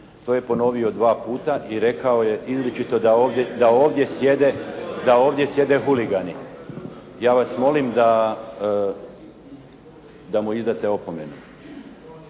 To je ponovio dva puta i rekao je izričito da ovdje sjede huligani. Ja vas molim da mu izdate opomenu.